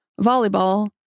volleyball